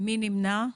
מי נמנע?